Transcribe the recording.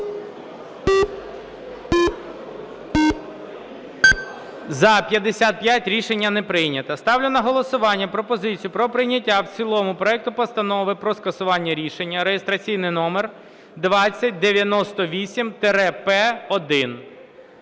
За-55 Рішення не прийнято. Ставлю на голосування пропозицію про прийняття в цілому проекту Постанови про скасування рішення (реєстраційний номер 2098-П1).